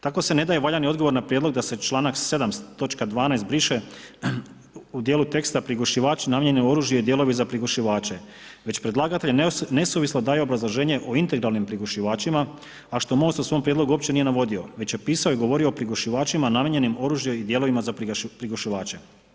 Tako se ne da valjani odgovor na prijedlog da se članak 7. točka 12. briše u dijelu teksta prigušivači namijenjeni oružju i dijelovi za prigušivače, će predlagatelj nesuvislo daje obrazloženje o integralnim prigušivačima, a što Most u svom prijedlogu uopće nije navodio već je pisao i govorio o prigušivačima namijenjenim oružju i dijelovima za prigušivače.